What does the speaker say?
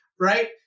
right